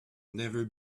never